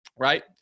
right